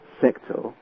sector